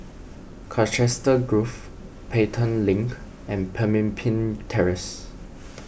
Colchester Grove Pelton Link and Pemimpin Terrace